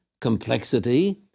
complexity